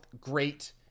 great